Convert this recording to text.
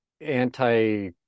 anti